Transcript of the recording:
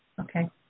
Okay